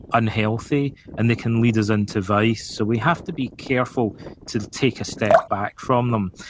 unhealthy, and they can lead us into vice, so we have to be careful to take a step back from them.